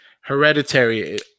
hereditary